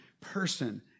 person